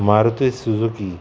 Maruti Suzuki